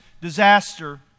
disaster